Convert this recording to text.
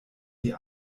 die